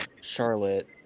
Charlotte